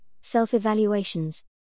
self-evaluations